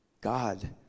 God